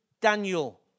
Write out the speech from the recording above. Daniel